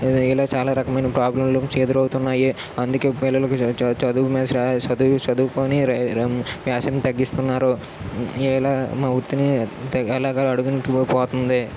ఇలా చాలా రకమైన ప్రాబ్లమ్ ఎదురవుతున్నాయి అందుకే పిల్లలకి చా చదువుమీద స్రా శ్రద్ధగా చదువుకొని వ్యవసాయాన్ని తగ్గిస్తున్నారు ఇలా మా వృత్తిని అలాగ అడుగు అంటుకుపోతుంది